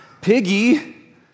Piggy